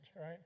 right